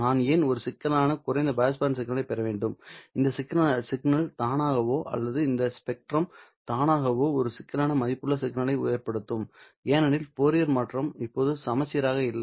நான் ஏன் ஒரு சிக்கலான குறைந்த பாஸ் சிக்னலைப் பெற வேண்டும் இந்த சிக்னல் தானாகவோ அல்லது இந்த ஸ்பெக்ட்ரம் தானாகவோ ஒரு சிக்கலான மதிப்புள்ள சிக்னலை ஏற்படுத்தும் ஏனெனில் ஃபோரியர் மாற்றம் இப்போது சமச்சீராக இல்லை